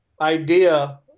idea